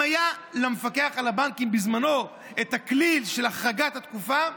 אם היה למפקח על הבנקים בזמנו הכלי של החרגת התקופה,